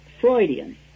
Freudian